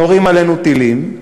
נורים עלינו טילים,